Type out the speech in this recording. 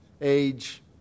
age